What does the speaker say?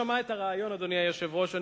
היושב-ראש,